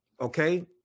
okay